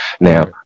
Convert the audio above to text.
Now